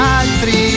altri